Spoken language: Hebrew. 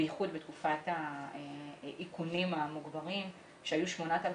במיוחד בתקופת האיכונים המוגברים עת היו 8,000,